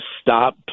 stop